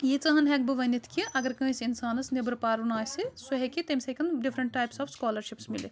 ییٖژاہ ہان ہیٚکہٕ بہٕ ؤنِتھ کہِ اگر کٲنٛسہِ اِنسانَس نیٚبرٕ پَرُن آسہِ سُہ ہیٚکہِ تٔمِس ہیٚکَن ڈِفرَیٚنٚٹ ٹایپٕس آف سکالَرشپٕس مِلِتھ